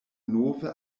nove